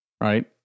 right